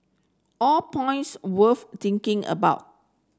all points worth thinking about